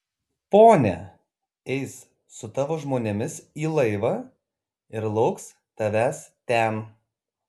ponia eis su tavo žmonėmis į laivą ir lauks tavęs ten